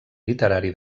literari